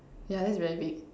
yeah that's very big